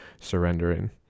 surrendering